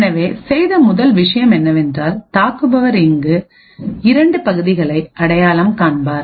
எனவே செய்த முதல் விஷயம் என்னவென்றால் தாக்குபவர் இங்கு 2 பகுதிகளை அடையாளம் காண்பார்